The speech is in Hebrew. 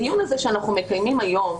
הדיון הזה שאנחנו מקיימים היום,